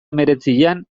hemeretzian